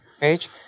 page